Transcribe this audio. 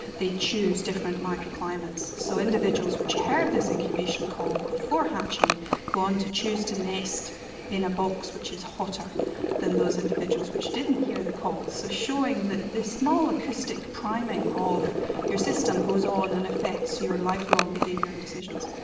they choose different microclimates. so individuals which heard this incubation call before hatching go on to choose to nest in a box which is hotter than those individuals which didn't hear the call. so showing that this small acoustic priming of your system goes on and affects your lifelong behaviour and decisions.